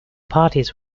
parties